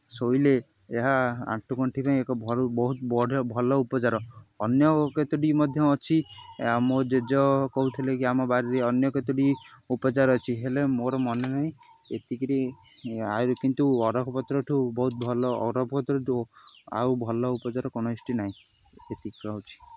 ଶୋଇଲେ ଏହା ଆଣ୍ଠୁଗଣ୍ଠି ପାଇଁ ଏକ ବହୁତ ବଢ଼ିଆ ଭଲ ଉପଚାର ଅନ୍ୟ କେତୋଟି ମଧ୍ୟ ଅଛି ମୋ ଜେଜ କହୁଥିଲେ କି ଆମ ବାରିରେ ଅନ୍ୟ କେତୋଟି ଉପଚାର ଅଛି ହେଲେ ମୋର ମନେନାହିଁ ଏତିକିରି ଆଉ କିନ୍ତୁ ଅରଖ ପତ୍ରଠୁ ବହୁତ ଭଲ ଅରଖ ପତ୍ରଠୁ ଆଉ ଭଲ ଉପଚାର କୌଣସିଟି ନାହିଁ ଏତିକି ରହୁଛି